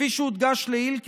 כפי שהודגש לעיל,